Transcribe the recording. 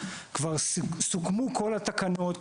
כבר סוכמו כל התקנות,